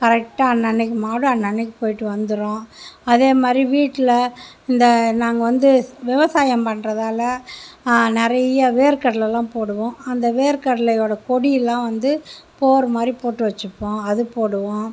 கரெக்டாக அன்னன்னக்கு மாடு அன்னன்னக்கு போயிவிட்டு வந்துரும் அதே மாதிரி வீட்டில் இந்த நாங்கள் வந்து விவசாயம் பண்ணுறதால நிறைய வேர்க்கடலைல்லாம் போடுவோம் அந்த வேர்க்கடலையோட பொடி எல்லாம் வந்து போர் மாதிரி போட்டு வச்சுப்போம் அது போடுவோம்